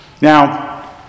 Now